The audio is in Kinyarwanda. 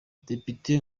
depite